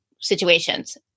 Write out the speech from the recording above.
situations